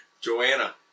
Joanna